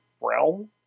realm